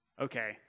okay